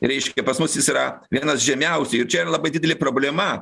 reiškia pas mus jis yra vienas žemiausių ir čia yra labai didelė problema